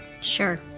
Sure